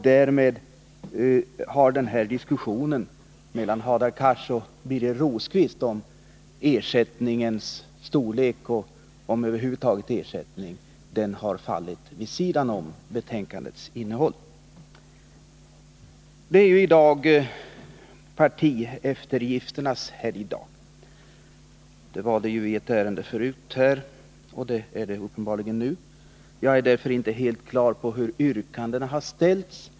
Därmed har diskussionen mellan Hadar Cars och Birger Rosqvist om ersättningens storlek och om ersättning över huvud taget kommit vid sidan av betänkandets innehåll. I dag är det tydligen partieftergifternas helgdag. Så var det i en fråga tidigare i dag, och så är det uppenbarligen nu. Herr talman!